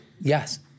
Yes